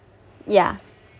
yeah